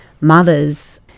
mothers